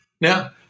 Now